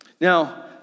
Now